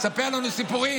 תספר לנו סיפורים?